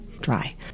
dry